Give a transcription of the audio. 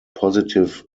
positive